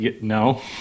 no